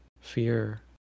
fear